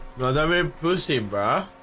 that mean pussy brah